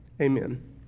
amen